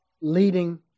leading